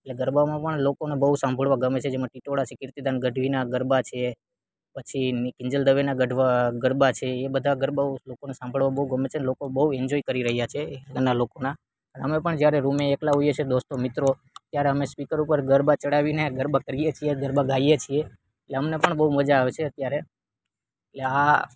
એટલે ગરબાઓમાં પણ લોકોને બહુ સાંભળવા ગમે છે જેમાં ટિટોળા છે કીર્તીદાન ગઢવીના ગરબા છે પછી કિંજલ દવેના ગરબા છે એ બધા ગરબાઓ લોકોને સાંભળવા બહુ ગમે છે અને લોકો બહુ ઇનજોય કરી રહ્યાં છે એમના લોકોના અને અમે પણ જ્યારે રૂમે એકલા હોઈએ છીએ દોસ્તો મિત્રો ત્યારે અમે સ્પીકર ઉપર ગરબા ચડાવીને ગરબા કરીએ છીએ ગરબા ગાઈએ છીએ એટલે અમને પણ બહુ મજા આવે છે ત્યારે એટલે આ